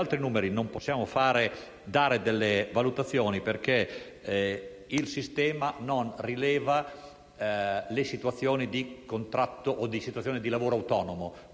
altri numeri non possiamo fare delle valutazioni perché il sistema non rileva le situazioni di contratto o di lavoro autonomo: